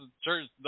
church